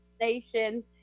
nation